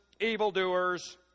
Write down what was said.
evildoers